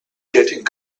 getting